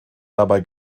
dabei